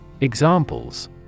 Examples